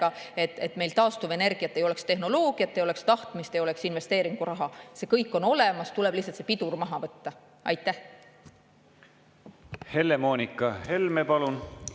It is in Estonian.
ei oleks taastuvenergia tehnoloogiat, ei oleks tahtmist, ei oleks investeeringuraha. See kõik on olemas, tuleb lihtsalt see pidur maha võtta. Aitäh!